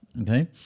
Okay